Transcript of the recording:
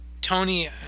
Tony